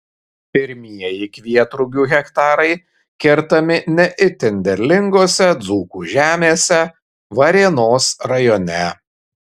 pirmieji kvietrugių hektarai kertami ne itin derlingose dzūkų žemėse varėnos rajone